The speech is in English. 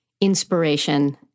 inspiration